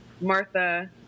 Martha